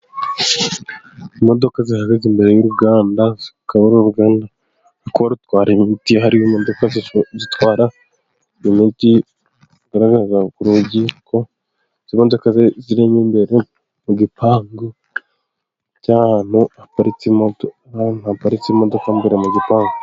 Imodoka zihagaze imbere y'uruganda, rukaba ari uruganda rukora rutwara imiti, hari imodoka zitwara imiti zigaragaza rugi ko imodoka zirimo imbere mu gipangu, by'ahantu haparitse imodoka, hapaparitse imodoka mbere mu gipangu.